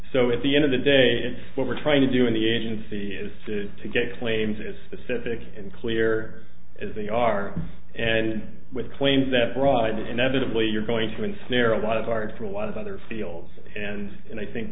so at the end of the day what we're trying to do in the agency is to get claims is specific and clear as they are and with claims that broad inevitably you're going to ensnare a lot of hard for a lot of other fields and and i think